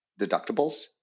deductibles